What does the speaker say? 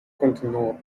continuou